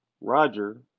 Roger